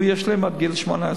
הוא ישלים עד גיל 18,